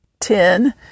ten